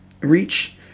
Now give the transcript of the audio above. reach